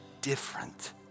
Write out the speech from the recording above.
different